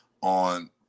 on